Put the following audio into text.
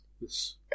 Yes